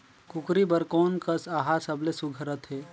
कूकरी बर कोन कस आहार सबले सुघ्घर रथे?